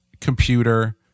computer